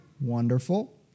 Wonderful